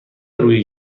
روی